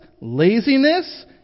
laziness